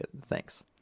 thanks